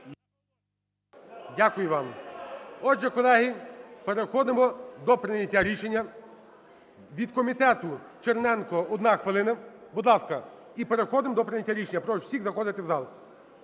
Дякую вам. Отже, колеги, переходимо до прийняття рішення. Від комітету Черненко, одна хвилина. Будь ласка. І переходимо до прийняття рішення. Прошу всіх заходити в зал.